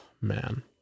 Man